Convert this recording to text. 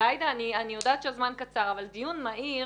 ועאידה, אני יודעת שהזמן קצר, אבל דיון מהיר